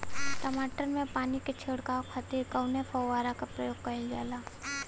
टमाटर में पानी के छिड़काव खातिर कवने फव्वारा का प्रयोग कईल जाला?